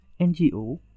NGO